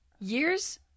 Years